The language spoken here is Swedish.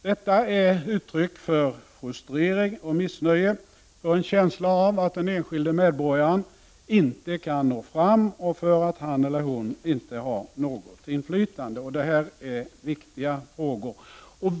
Detta är uttryck för frustrering och missnöje, uttryck för en känsla hos den enskilde medborgaren av att denne inte kan nå fram och att han eller hon inte har något inflytande. Detta är viktiga frågor.